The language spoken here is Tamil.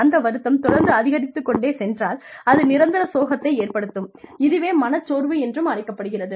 அந்த வருத்தம் தொடர்ந்து அதிகரித்துக் கொண்டே சென்றால் அது நிரந்தர சோகத்தை ஏற்படுத்தும் இதுவே மனச்சோர்வு என்றும் அழைக்கப்படுகிறது